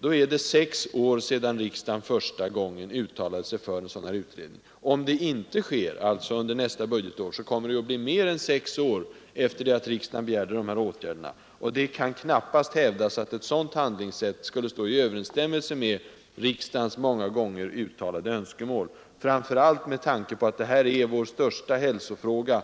sker det sex år efter det att riksdagen första gången uttalade sig för en sådan här utredning. Om det inte sker under nästa budgetår, kommer det att ha gått mer än sex år sedan riksdagen begärde dessa åtgärder, och det kan knappast hävdas att ett sådant handlingssätt skulle stå i överensstämmelse med riksdagens många gånger uttalade önskemål, framför allt med tanke på att detta är vår största hälsofråga;